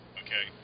okay